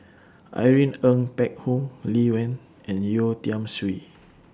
Irene Ng Phek Hoong Lee Wen and Yeo Tiam Siew